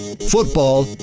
Football